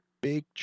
big